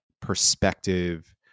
perspective